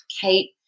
Kate